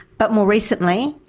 but more recently,